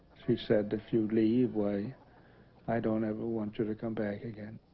she said if you leave way i don't ever want you to come back again